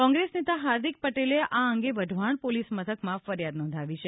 કોંગ્રેસ નેતા હાર્દિક પટેલે આ અંગે વઢવાણ પોલીસ મથકમાં ફરિયાદ નોંધાવી છે